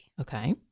Okay